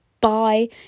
Bye